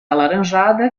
alaranjada